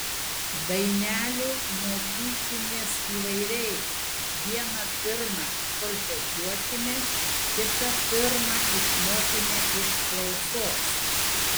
dainelių mokykimės įvairiai vieną pirma solfedžiuokime kitą pirma išmokime iš klausos